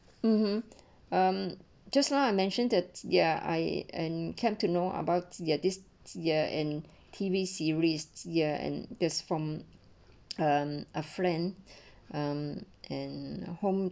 mmhmm um just now I mentioned that ya I and came to know about there this ya and T_V series ya and this from ah a friend um and home